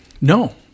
No